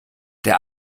der